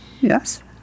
Yes